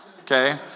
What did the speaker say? okay